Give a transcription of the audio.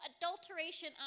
adulteration